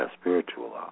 spiritual